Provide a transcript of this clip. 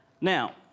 Now